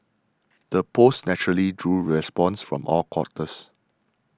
the post naturally drew responses from all quarters